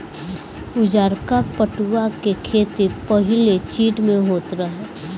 उजारका पटुआ के खेती पाहिले चीन में होत रहे